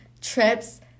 trips